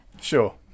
Sure